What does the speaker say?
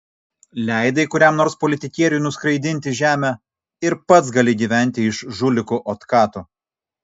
leidai kuriam nors politikieriui nuskraidinti žemę ir pats gali gyventi iš žulikų otkatų